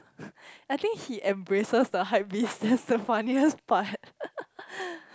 I think he embraces the hypebeast that's the funniest part